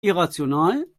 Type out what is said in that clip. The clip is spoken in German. irrational